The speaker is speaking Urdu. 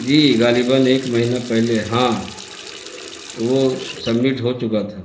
جی غالبا ایک مہینہ پہلے ہاں وہ سبمٹ ہو چکا تھا